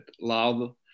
love